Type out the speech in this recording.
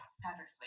Patrick